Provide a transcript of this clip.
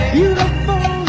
Beautiful